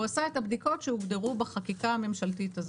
הוא עשה את הבדיקות שהוגדרו בחקיקה הממשלתית הזאת.